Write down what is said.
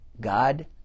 God